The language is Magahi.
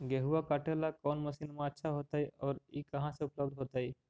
गेहुआ काटेला कौन मशीनमा अच्छा होतई और ई कहा से उपल्ब्ध होतई?